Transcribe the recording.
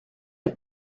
est